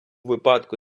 випадку